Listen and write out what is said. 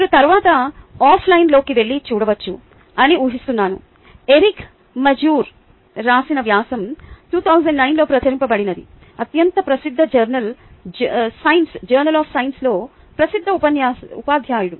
మీరు తరువాత ఆఫ్లైన్లోకి వెళ్లి చూడవచ్చు అని ఊహిస్తూన్నాను ఎరిక్ మజూర్ రాసిన వ్యాసం 2009 లో ప్రచురించబడిన అత్యంత ప్రసిద్ధ జర్నల్ సైన్స్లో ప్రసిద్ధ ఉపాధ్యాయుడు